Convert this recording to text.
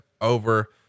over